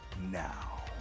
now